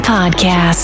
Podcast